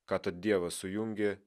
ką tad dievas sujungė